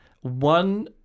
one